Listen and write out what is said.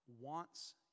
Wants